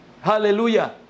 Hallelujah